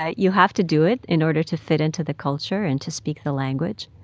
ah you have to do it in order to fit into the culture and to speak the language.